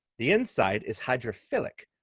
the inside is hydrophilic,